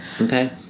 Okay